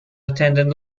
attendant